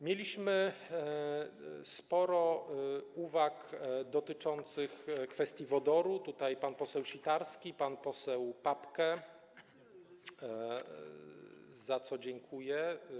Mieliśmy sporo uwag dotyczących kwestii wodoru - pan poseł Sitarski, pan poseł Papke - za co dziękuję.